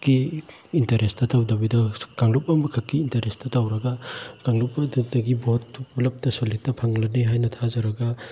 ꯀꯤ ꯏꯟꯇꯔꯦꯁꯇ ꯇꯧꯗꯕꯤꯗ ꯀꯥꯡꯂꯨꯞ ꯑꯃꯈꯛꯀꯤ ꯏꯟꯇꯔꯦꯁꯇ ꯇꯧꯔꯒ ꯀꯥꯡꯂꯨꯞ ꯑꯗꯨꯗꯒꯤ ꯕꯣꯠꯇꯨ ꯄꯨꯂꯞꯇ ꯁꯣꯂꯤꯠꯇ ꯐꯪꯂꯅꯤ ꯍꯥꯏꯅ ꯊꯥꯖꯔꯒ